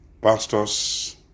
pastors